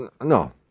no